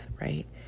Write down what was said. right